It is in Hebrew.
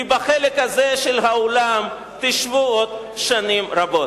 כי בחלק הזה של האולם תשבו עוד שנים רבות.